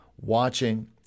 watching